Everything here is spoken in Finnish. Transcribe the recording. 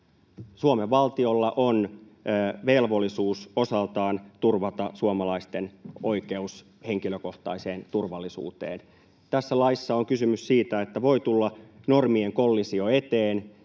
Suomen valtiolla on velvollisuus osaltaan turvata suomalaisten oikeus henkilökohtaiseen turvallisuuteen. Tässä laissa on kysymys siitä, että voi tulla normien kollisio eteen,